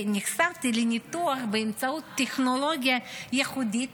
ונחשפתי לניתוח באמצעות טכנולוגיה ייחודית,